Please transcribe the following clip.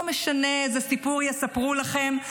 לא משנה איזה סיפור יספרו לכם,